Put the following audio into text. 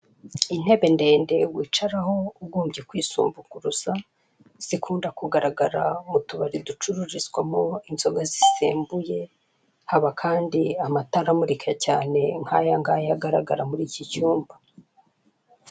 Intebe ndende wicaraho ugombye kwisumbukuruza, zikunda kugaragara mu tubari ducururizwamo inzoga zisembuye, haba kandi amatara amurika cyane nk'ayangaya agaragara muri iki cyumba.